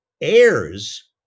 heirs